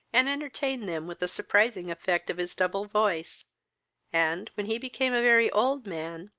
and entertain them with the surprising effect of his double voice and, when he became a very old man,